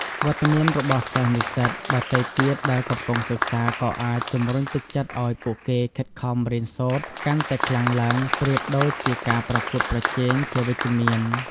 វត្តមានរបស់សិស្សនិស្សិតដទៃទៀតដែលកំពុងសិក្សាក៏អាចជម្រុញទឹកចិត្តឱ្យពួកគេខិតខំរៀនសូត្រកាន់តែខ្លាំងឡើង ប្រៀបដូចជាការប្រកួតប្រជែងជាវិជ្ជមាន។